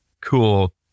cool